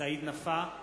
סעיד נפאע,